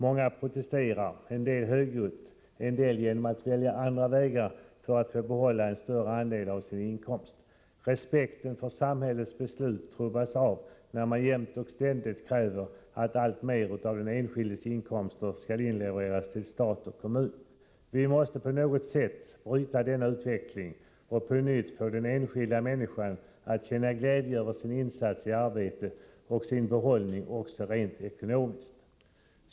Många protesterar, en del högljutt, en del genom att välja andra vägar för att få behålla en större andel av sin inkomst. Respekten för samhällets beslut trubbas av när man jämt och ständigt kräver att alltmer av den enskildes inkomster skall inlevereras till stat och kommun. Vi måste på något sätt bryta denna utveckling och på nytt få den enskilda människan att känna glädje över sin insats i arbetet och sin behållning också rent ekonomiskt.